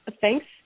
Thanks